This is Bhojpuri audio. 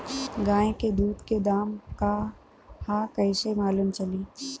गाय के दूध के दाम का ह कइसे मालूम चली?